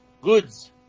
Goods